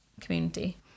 community